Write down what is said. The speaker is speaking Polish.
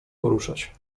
poruszać